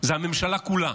זו הממשלה כולה.